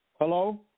Hello